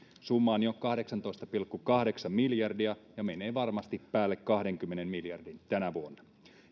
summa on jo kahdeksantoista pilkku kahdeksan miljardia ja menee varmasti päälle kahdenkymmenen miljardin tänä vuonna